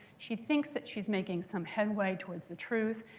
she thinks that she's making some headway towards the truth.